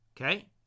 okay